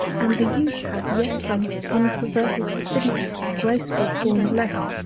and the youth has yet some unperverted affinity with graceful forms left,